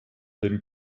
den